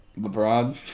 LeBron